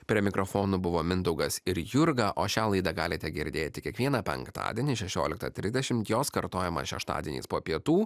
prie mikrofonų buvo mindaugas ir jurga o šią laidą galite girdėti kiekvieną penktadienį šešioliktą tridešimt jos kartojimą šeštadieniais po pietų